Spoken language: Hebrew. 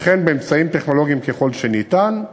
וכן באמצעים טכנולוגיים, ככל שניתן.